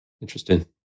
interesting